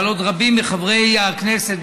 אבל עוד רבים מחברי הכנסת,